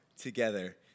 together